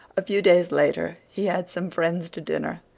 a few days later he had some friends to dinner,